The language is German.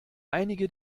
einige